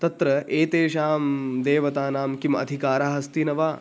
तत्र एतेषां देवतानां कः अधिकारः अस्ति न वा